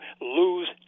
lose